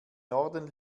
norden